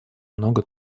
много